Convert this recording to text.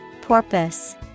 Porpoise